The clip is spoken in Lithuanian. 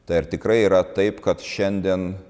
tai ar tikrai yra taip kad šiandien